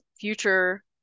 future